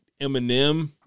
Eminem